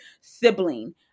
sibling